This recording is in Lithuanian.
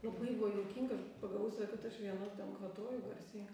labai buvo juokinga ir pagavau save kad aš viena ten kvatoju garsiai